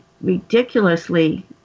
ridiculously